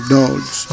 dogs